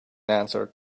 answered